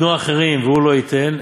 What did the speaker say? ייתנו אחרים והוא לא ייתן,